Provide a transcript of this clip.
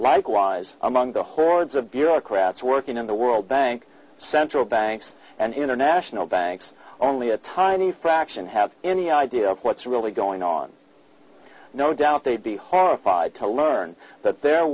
likewise among the hordes of bureaucrats working in the world bank central banks and international banks only a tiny fraction have any idea of what's really going on no doubt they'd be horrified to learn that their